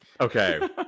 Okay